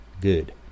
Good